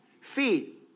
feet